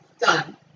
Done